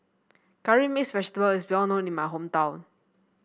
Curry Mixed Vegetable is well known in my hometown